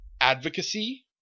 advocacy